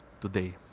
today